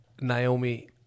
Naomi